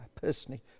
personally